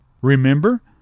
Remember